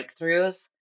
breakthroughs